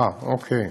אה, אוקיי.